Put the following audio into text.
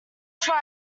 sure